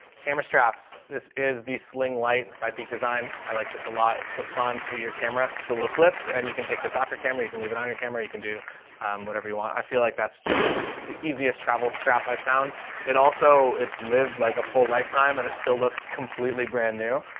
straps. this is the sling light by peak design. i like this a lot. it clips onto your camera, camera, the little clips, and you can take this off your camera. you can leave it on your camera, you can do whatever you want. i feel like that's just, it's the easiest travel strap. i found it also, it's lived like a full lifetime and it still looks completely brand new.